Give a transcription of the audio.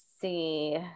see